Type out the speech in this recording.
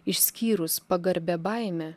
išskyrus pagarbią baimę